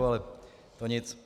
Ale to nic.